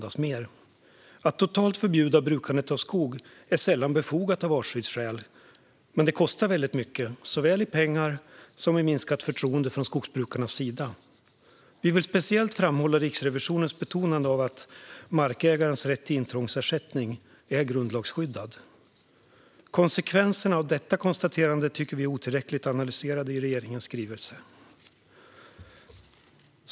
Att totalt förbjuda brukandet av skog är sällan befogat av artskyddsskäl men kostar väldigt mycket, såväl i pengar som i minskat förtroende från skogsbrukarnas sida. Vi vill speciellt framhålla Riksrevisionens betonande av att markägarens rätt till intrångsersättning är grundlagsskyddad. Konsekvenserna av detta konstaterande tycker vi är otillräckligt analyserade i regeringens skrivelse.